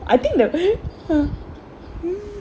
I think that way